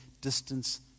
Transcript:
Distance